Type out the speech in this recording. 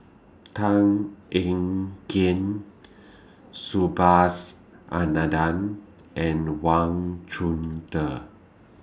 Tan Ean Kiam Subhas Anandan and Wang Chunde